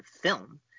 film